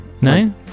No